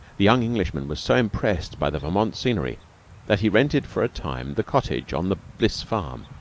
the young englishman was so impressed by the vermont scenery that he rented for a time the cottage on the bliss farm,